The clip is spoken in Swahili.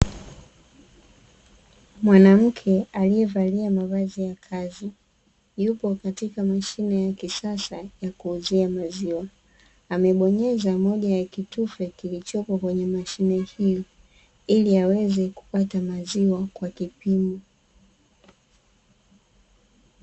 Mwanamke aliyevalia mavazi ya kazi yupo katika mashine ya kisasa ya kuuzia maziwa, amebonyeza moja ya kitufe kilichopo kwenye mashine hiyo iliaweze kupata maziwa kwa kipimo.